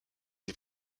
des